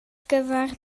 gyfer